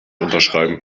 unterschreiben